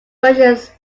versions